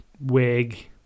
wig